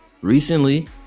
recently